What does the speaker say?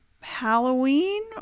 Halloween